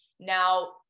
Now